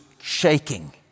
shaking